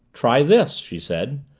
try this, she said.